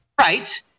Right